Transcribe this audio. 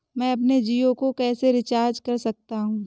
मैं अपने जियो को कैसे रिचार्ज कर सकता हूँ?